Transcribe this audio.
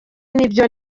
nibyo